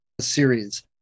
series